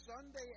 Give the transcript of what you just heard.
Sunday